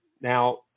Now